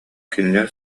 кинилэр